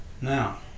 Now